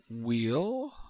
Wheel